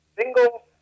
single